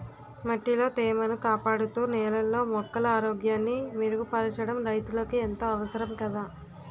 మట్టిలో తేమను కాపాడుతూ, నేలలో మొక్కల ఆరోగ్యాన్ని మెరుగుపరచడం రైతులకు ఎంతో అవసరం కదా